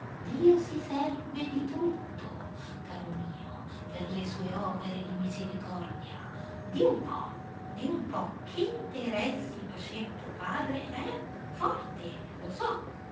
dio si serve di tutto caro mio per le sue opere di misericordia di un po di un po che interessi faceva tuo padre eh forti lo so